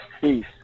Peace